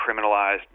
criminalized